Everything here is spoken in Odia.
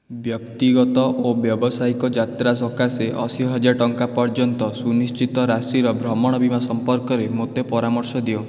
ବ୍ୟକ୍ତିଗତ ଓ ବ୍ୟାବସାୟିକ ଯାତ୍ରା ସକାଶେ ଅଶି ହଜାର ଟଙ୍କା ପର୍ଯ୍ୟନ୍ତ ସୁନିଶ୍ଚିତ ରାଶିର ଭ୍ରମଣ ବୀମା ସମ୍ପର୍କରେ ମୋତେ ପରାମର୍ଶ ଦିଅ